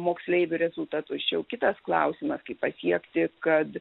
moksleivių rezultatus čia jau kitas klausimas kaip pasiekti kad